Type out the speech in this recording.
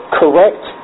correct